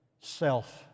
self